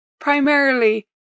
primarily